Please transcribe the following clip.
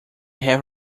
have